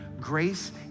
Grace